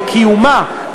בקיומה,